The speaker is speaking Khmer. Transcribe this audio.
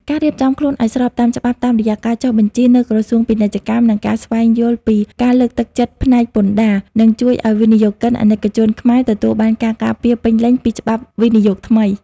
ការរៀបចំខ្លួនឱ្យស្របតាមច្បាប់តាមរយៈការចុះបញ្ជីនៅ ក្រសួងពាណិជ្ជកម្ម និងការស្វែងយល់ពី ការលើកទឹកចិត្តផ្នែកពន្ធដារ នឹងជួយឱ្យវិនិយោគិនអាណិកជនខ្មែរទទួលបានការការពារពេញលេញពីច្បាប់វិនិយោគថ្មី។